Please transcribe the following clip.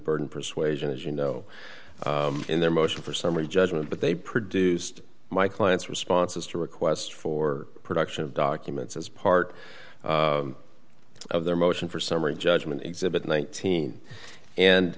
burden persuasion as you know in their motion for summary judgment but they produced my client's responses to request for production of documents as part of their motion for summary judgment exhibit nineteen and